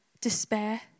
Despair